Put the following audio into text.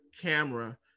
camera